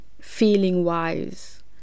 feeling-wise